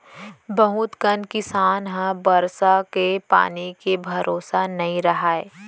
बहुत कन किसान ह बरसा के पानी के भरोसा नइ रहय